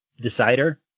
decider